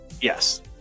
Yes